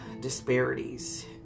disparities